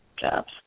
jobs